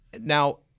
Now